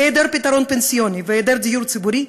היעדר פתרון פנסיוני והיעדר דיור ציבורי,